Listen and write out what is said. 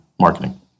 marketing